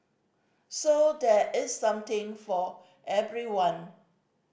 so there is something for everyone